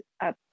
up